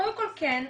קודם כל, כן.